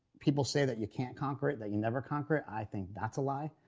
people say that you can't conquer it, that you never conquer it i think that's a lie.